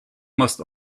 must